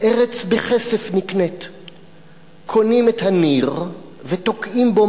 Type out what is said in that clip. ארץ בכסף נקנית./ קונים את הניר ותוקעים בו